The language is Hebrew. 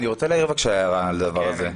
אני רוצה להעיר, בבקשה, הערה על הדבר הזה.